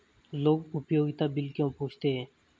लोग उपयोगिता बिल क्यों पूछते हैं?